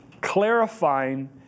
clarifying